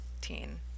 teen